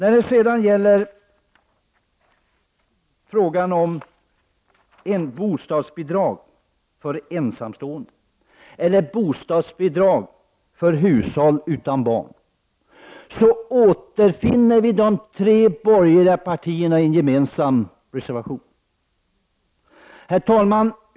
Vi har sedan frågan om bostadsbidrag för ensamstående, dvs. bostadsbidrag för hushåll utan barn. Vi återfinner då de tre borgerliga partierna i en gemensam reservation. Herr talman!